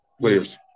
players